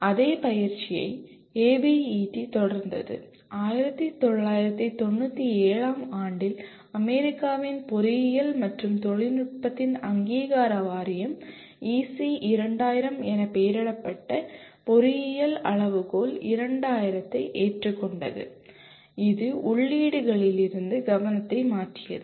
அதே பயிற்சியை ABET தொடர்ந்தது 1997 ஆம் ஆண்டில் அமெரிக்காவின் பொறியியல் மற்றும் தொழில்நுட்பத்தின் அங்கீகார வாரியம் EC2000 என பெயரிடப்பட்ட பொறியியல் அளவுகோல் 2000 ஐ ஏற்றுக்கொண்டது இது உள்ளீடுகளிலிருந்து கவனத்தை மாற்றியது